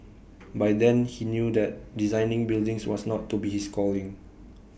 by then he knew that designing buildings was not to be his calling